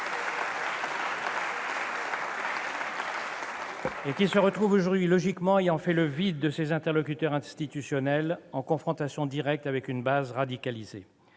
-et qui se retrouve aujourd'hui logiquement, ayant fait le vide de ses interlocuteurs institutionnels, en confrontation directe avec une base radicalisée